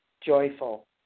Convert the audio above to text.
joyful